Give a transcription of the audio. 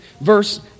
Verse